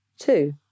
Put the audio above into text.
Two